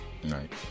Right